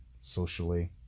socially